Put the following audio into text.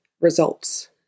results